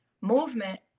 movement